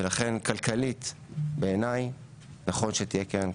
ולכן כלכלית בעיניי נכון שתהיה קרן כזו.